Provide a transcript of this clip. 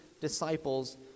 disciples